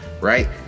right